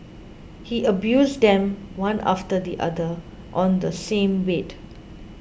he abused them one after the other on the same bed